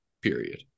period